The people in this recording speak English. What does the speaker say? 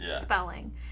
spelling